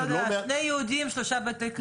אתה יודע, שני יהודים, שלושה בתי כנסת.